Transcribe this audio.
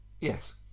yes